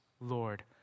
Lord